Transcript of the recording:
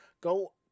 go